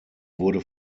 wurde